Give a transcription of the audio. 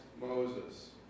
Moses